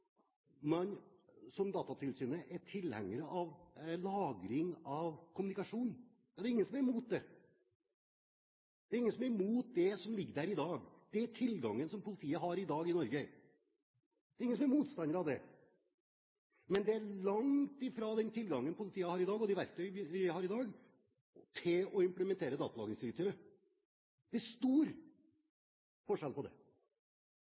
man, som Datatilsynet, er tilhenger av lagring av kommunikasjon. Ja, ingen er imot det. Ingen er imot det som ligger der i dag, den tilgangen som politiet i Norge har i dag. Det er ingen som er motstander av det. Men det er langt fra den tilgangen og det verktøyet politiet har i dag, til det å implementere datalagringsdirektivet. Det er stor forskjell på det.